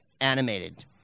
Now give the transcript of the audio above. animated